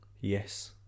Yes